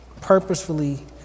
purposefully